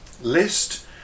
List